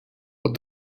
but